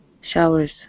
showers